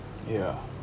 ya